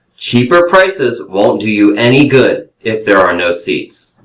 cheaper prices won't do you any good if there are no seats.